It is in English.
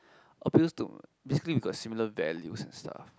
appeals to basically with a similar values and stuff